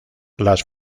las